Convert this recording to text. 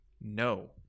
no